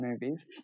movies